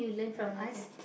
ah okay